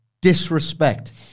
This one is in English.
disrespect